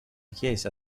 chiesa